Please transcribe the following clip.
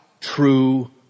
true